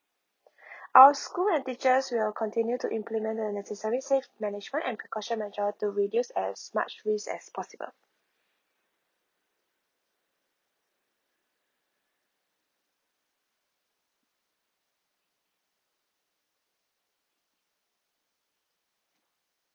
our school and teachers will continue to implement a necessary safe management and precaution measure to reduce as much risk as possible